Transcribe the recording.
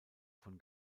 von